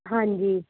ਹਾਂਜੀ